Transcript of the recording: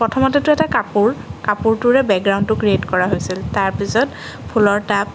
প্ৰথমতেটো এটা কাপোৰ কাপোৰটোৰে বেকগ্ৰাউণ্ডটো ক্ৰিয়েট কৰা হৈছিল তাৰপিছত ফুলৰ টাব